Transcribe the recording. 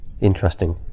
Interesting